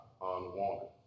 unwanted